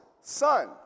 son